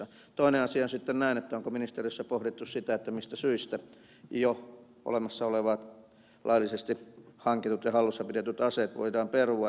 toinen asia on sitten se onko ministeriössä pohdittu sitä mistä syistä jo olemassa olevat laillisesti hankitut ja hallussa pidetyt aseet voidaan perua